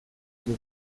dugu